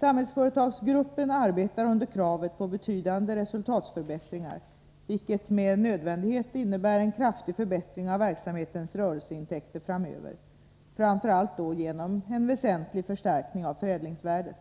Samhällsföretagsgruppen arbetar under kravet på betydande resultatförbättringar, vilket med nödvändighet innebär en kraftig förbättring av verksamhetens rörelseintäkter framöver, framför allt då genom en väsentlig förstärkning av förädlingsvärdet.